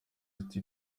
ati